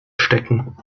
stecken